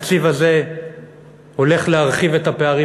התקציב הזה הולך להרחיב את הפערים